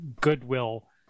Goodwill